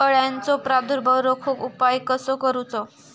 अळ्यांचो प्रादुर्भाव रोखुक उपाय कसो करूचो?